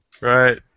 Right